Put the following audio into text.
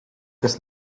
kas